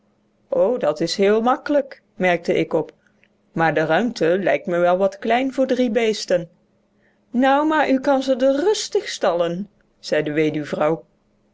dat is heel makkelijk merkte ik op maar de ruimte lijkt me wel wat klein voor drie beesten nou maar u kan ze d'r rustig stallen zei de weduwvrouw